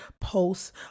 posts